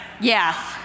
Yes